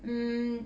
mm